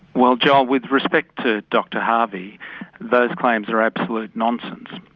well joel with respect to dr harvey those claims are absolute nonsense.